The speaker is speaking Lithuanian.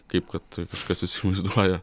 kaip kad kažkas įsivaizduoja